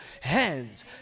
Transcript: hands